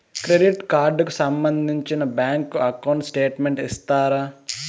Credit card కు సంబంధించిన bank account statement ఇస్తారా?